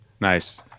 nice